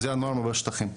זה הנורמה בשטחים,